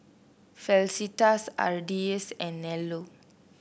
Felicitas Ardyce and Nello